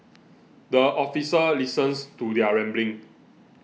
the officer listens to their rambling